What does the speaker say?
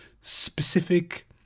specific